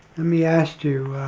ah me ask you,